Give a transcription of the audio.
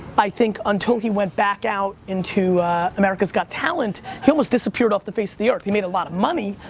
i think, until he went back out into america's got talent, he almost disappeared off the face of the earth. he made a lot of money,